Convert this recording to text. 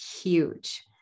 huge